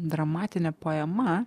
dramatinė poema